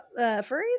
furries